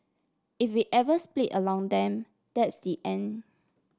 if we ever split along them that's the end